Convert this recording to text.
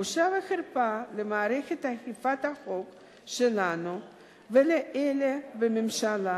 בושה וחרפה למערכת אכיפת החוק שלנו ולאלה בממשלה